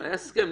היה סיכום.